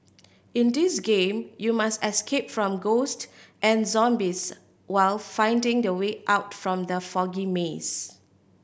in this game you must escape from ghost and zombies while finding the way out from the foggy maze